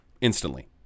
instantly